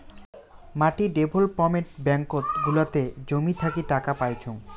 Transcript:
মাটি ডেভেলপমেন্ট ব্যাঙ্কত গুলাতে জমি থাকি টাকা পাইচুঙ